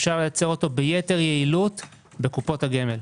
אפשר לייצר אותו ביתר יעילות בקופות הגמל.